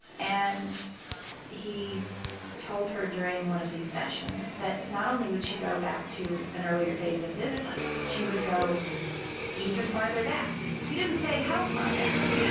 and he told her during one of these sessions that not only would she go back to an earlier phase of this life but she would go even further back. he didn't say how far back